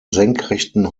senkrechten